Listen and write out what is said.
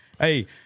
Hey